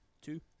Two